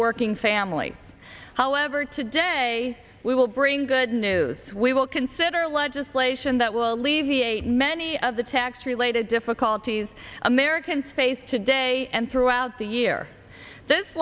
working families however today we will bring good news we will consider legislation that will alleviate many of the tax related difficulties americans face today and throughout the year this